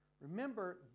Remember